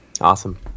Awesome